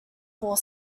four